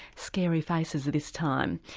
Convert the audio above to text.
scary faces this time.